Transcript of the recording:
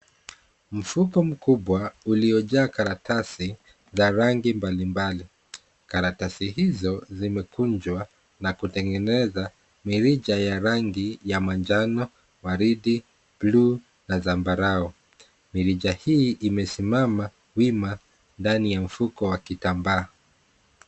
Mfuko mkubwa uliojaa karatasi za rangi mbalimbali. Karatasi hizo zimekunjwa na kutengeneza mirija ya rangi ya manjano, waridi, bluu na zambarau. Mirija hii imesimama wima ndani ya mfuko wa kitambaa.